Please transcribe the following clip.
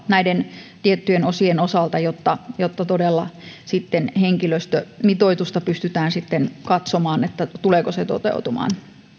näiden tiettyjen osien osalta jotta jotta todella henkilöstömitoitusta pystytään sitten katsomaan tuleeko se toteutumaan